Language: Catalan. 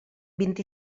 vint